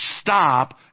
Stop